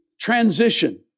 transition